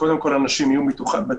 שקודם כול אנשים יהיו מתוכה,